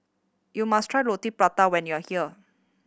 you must try Roti Prata when you are here